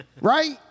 Right